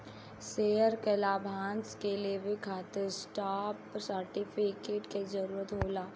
share के लाभांश के लेवे खातिर स्टॉप सर्टिफिकेट के जरूरत होला